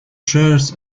shares